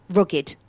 rugged